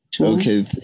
Okay